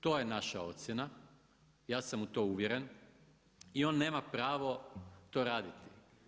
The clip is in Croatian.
To je naša ocjena, ja sam u to uvjeren i on nema pravo to raditi.